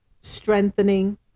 strengthening